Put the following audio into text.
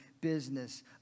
business